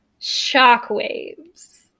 Shockwaves